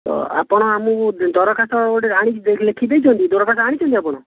ଆପଣ ଆମକୁ ଦରଖାସ୍ତ ଗୋଟିଏ ଆଣିକି ଲେଖିକି ଦେଇଛନ୍ତି ଦରଖାସ୍ତ ଆଣିଛନ୍ତି ଆପଣ